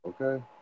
Okay